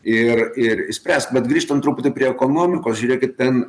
ir ir išspręsim bet grįžtam truputį prie ekonomikos žiūrėkit ten